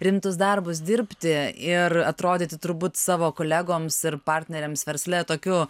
rimtus darbus dirbti ir atrodyti turbūt savo kolegoms ir partneriams versle tokiu